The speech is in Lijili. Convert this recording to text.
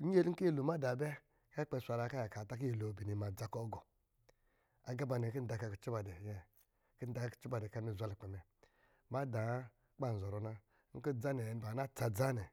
inyee nkɔ̄ nyolo madá bɛ kpɛ swaraa kɔ̄ a yakaa kɔ̄ nyolo aa bini ma dza kɔ̄ gɔ. Agá ba nɛ kɔ̄ nda ka kucɔ ba dɛ inyɛɛ, kɔ̄ nda ka kucɔ ba kɔ̄ a nɔ zwa lukpɛ mɛ, madá wa kɔ̄ ban zɔrɔ na nkɔ̄ dza nɛ baa na tsa dza nɛ